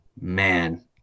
Man